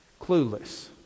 clueless